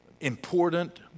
important